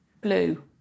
blue